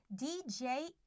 DJ